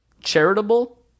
Charitable